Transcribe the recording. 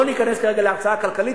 לא ניכנס כרגע להרצאה הכלכלית,